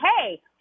hey